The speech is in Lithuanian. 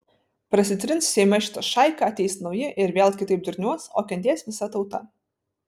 prasitrins seime šita šaika ateis nauji ir vėl kitaip durniuos o kentės visa tauta